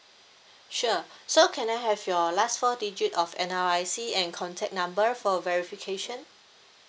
sure so can I have your last four digit of N_R_I_C and contact number for verification